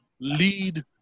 lead